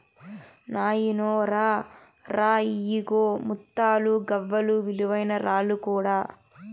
నాయినో రా రా, ఇయ్యిగో ముత్తాలు, గవ్వలు, విలువైన రాళ్ళు కూడా